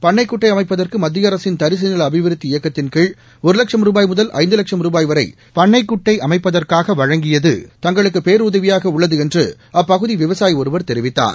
பண்ணை குட்டை அமைப்பதற்கு மத்திய அரசின் தரிசுநில அபிவிருத்தி இயக்கத்தின்கீழ் ஒரு வட்சம் ரூபாய் முதல் ஐந்து லட்சம் ரூபாய் வரை பண்ணை குட்டை அமைப்பதற்காக வழங்குவது தங்களுக்கு பேருதவியாக உள்ளது என்று அப்பகுதி விவசாயி ஒருவர் தெரிவித்தார்